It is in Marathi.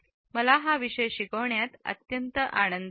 मला हा शिकविण्यात आनंद आला